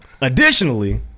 Additionally